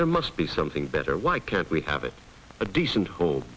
there must be something better why can't we have it a decent hold